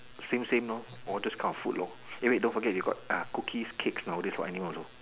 same same lor all these kind of food lor eh wait don't forget we got uh cookies cakes nowadays for anyone also